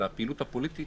אלא הפעילות הפוליטית